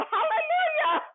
Hallelujah